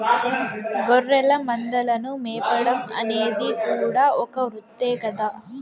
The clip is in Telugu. గొర్రెల మందలను మేపడం అనేది కూడా ఒక వృత్తే కదా